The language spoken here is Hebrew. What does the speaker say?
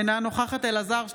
אינה נוכחת אלעזר שטרן,